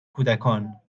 کودکان